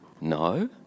No